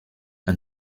and